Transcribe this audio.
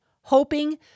hoping